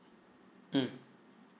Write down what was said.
mm